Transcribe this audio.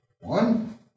One